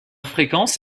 fréquence